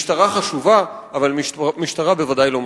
משטרה חשובה, אבל משטרה בוודאי לא מספיקה.